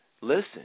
Listen